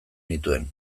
nituen